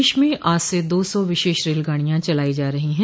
देश में आज से दो सौ विशेष रेलगाडियां चलाई जा रहो हैं